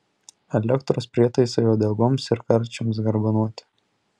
elektros prietaisai uodegoms ir karčiams garbanoti